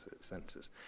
sentences